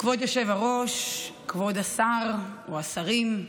כבוד היושב-ראש, כבוד השר או השרים,